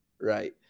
Right